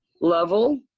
level